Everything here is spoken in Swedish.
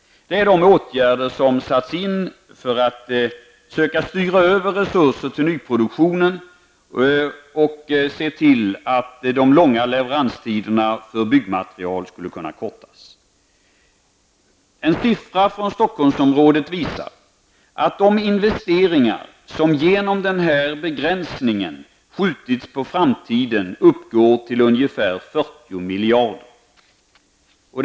Det är dessa åtgärder som satts in för att söka styra över resurser till nyproduktionen och för att se till att de långa leveranstiderna för byggmateriel skall kunna kortas. En siffra från Stockholmsområdet visar att de investeringar som genom denna begränsning skjutits på framtiden uppgår till ungefär 40 miljarder kronor.